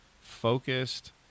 focused